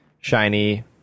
Shiny